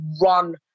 run